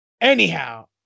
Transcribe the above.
Anyhow